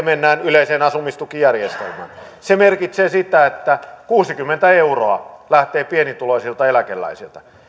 mennään yleiseen asumistukijärjestelmään merkitsee sitä että kuusikymmentä euroa lähtee pienituloisilta eläkeläisiltä